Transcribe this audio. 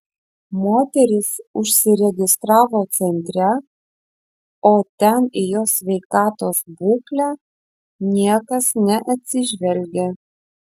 moteris užsiregistravo centre o ten į jos sveikatos būklę niekas neatsižvelgia